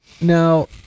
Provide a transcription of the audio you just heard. Now